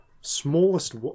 smallest